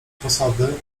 posady